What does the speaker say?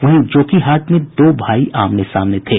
वहीं जोकीहाट में दो भाई आमने सामने थे